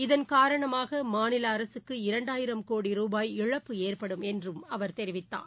இதன் காரணமாகமாநிலஅரசுக்கு இரண்டாயிரம் கோடி ருபாய் இழப்பு ஏற்படும் என்றுஅவர் தெரிவித்தார்